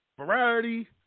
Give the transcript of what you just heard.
Variety